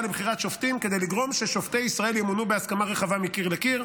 לבחירת שופטים כדי לגרום ששופטי ישראל ימונו בהסכמה רחבה מקיר לקיר,